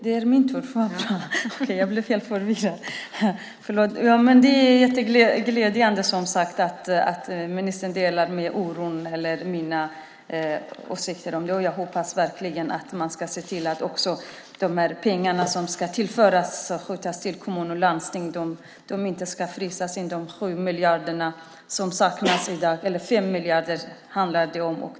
Fru talman! Det är glädjande att ministern delar min oro och mina åsikter, och jag hoppas verkligen att pengarna som ska skjutas till kommuner och landsting inte ska frysa inne. Det handlar om 5 miljarder som saknas i dag.